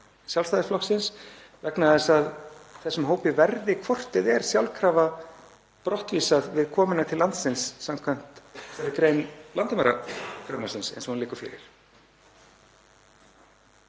Sjálfstæðisflokksins vegna þess að þessum hóp verði hvort eð er sjálfkrafa vísað brott við komuna til landsins samkvæmt þessari grein landamærafrumvarpsins eins og hún liggur fyrir?